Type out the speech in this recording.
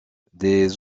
des